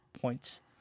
points